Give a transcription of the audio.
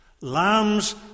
lambs